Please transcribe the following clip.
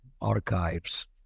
archives